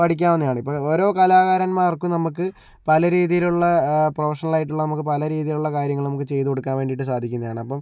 പഠിക്കാവുന്നതാണ് ഇപ്പം ഓരോ കലാകാരന്മാർക്കും നമുക്ക് പല രീതിയിലുള്ള പ്രൊഫഷണൽ ആയിട്ടുള്ള നമുക്ക് പല രീതിയിലും ഉള്ള കാര്യങ്ങളും നമുക്ക് ചെയ്ത് കൊടുക്കാൻ വേണ്ടീട്ട് സാധിക്കുന്നതാണ് അപ്പം